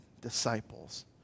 disciples